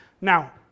Now